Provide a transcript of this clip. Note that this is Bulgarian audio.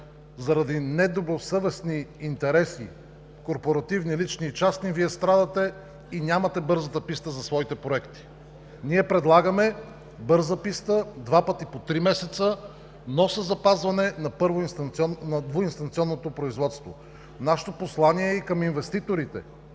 заради недобросъвестни интереси, корпоративни, лични и частни Вие страдате и нямате „бързата писта“ за своите проекти. Ние предлагаме „бърза писта“ два пъти по три месеца, но със запазване на двуинстанционното производство. Нашето послание е и към инвеститорите.